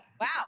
Wow